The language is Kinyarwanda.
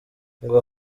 ngo